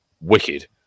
wicked